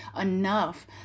enough